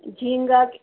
جھینگا